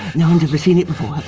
no one's ever seen it before,